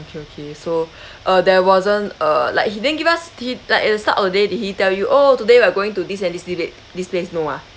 okay okay so uh there wasn't uh like he didn't give us he like at the start of the day did he tell you oh today we're going to this and this thi~ pla~ this place no ah